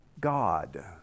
God